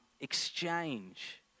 exchange